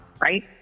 right